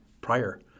prior